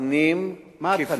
התכנים האלה, מה התכנים?